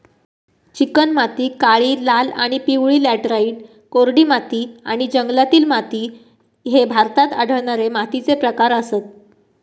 चिकणमाती, काळी, लाल आणि पिवळी लॅटराइट, कोरडी माती आणि जंगलातील माती ह्ये भारतात आढळणारे मातीचे प्रकार आसत